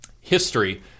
history